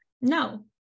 no